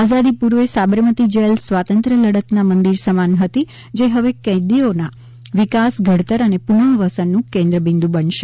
આઝાદી પૂર્વે સાબરમતી જેલ સ્વાતંત્ર્ય લડતના મંદિર સમાન હતી જે હવે કેદીઓના વિકાસ ઘડતર અને પુનઃવસનનું કેન્દ્ર બિન્દુ બનશે